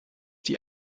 die